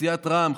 סיעת רע"מ,